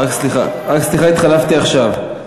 סליחה, התחלפתי עכשיו.